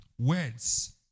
words